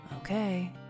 Okay